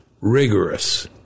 rigorous